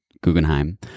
Guggenheim